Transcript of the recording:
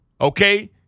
Okay